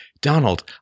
Donald